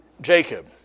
jacob